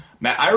Matt